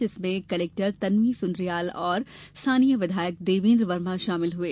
जिसमें कलेक्टर तन्वी सुन्द्रियाल और स्थानीय विधायक देवेन्द्र वर्मा शामिल हुए